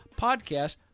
podcast